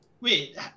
Wait